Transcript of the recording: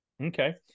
Okay